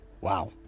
Wow